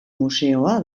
museoa